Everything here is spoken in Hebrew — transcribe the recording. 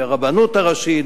ברבנות הראשית,